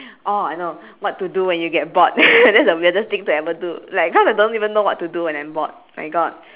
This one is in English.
oh I know what to do when you get bored that's the weirdest thing to ever do like cause I don't even know what to do when I'm bored my god